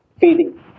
feeding